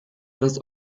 dass